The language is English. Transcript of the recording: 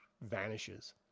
vanishes